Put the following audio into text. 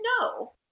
no